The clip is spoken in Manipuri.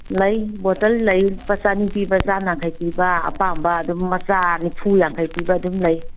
ꯂꯩ ꯕꯣꯇꯜ ꯂꯩ ꯂꯨꯄꯥ ꯆꯅꯤ ꯄꯤꯕ ꯆꯥꯝ ꯌꯥꯡꯈꯩ ꯄꯤꯕ ꯑꯄꯥꯝꯕ ꯑꯗꯨꯝ ꯃꯆꯥ ꯅꯤꯐꯨ ꯌꯥꯡꯈꯩ ꯄꯤꯕ ꯑꯗꯨꯝ ꯂꯩ